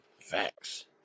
Facts